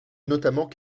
notamment